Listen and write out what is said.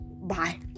bye